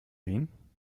wen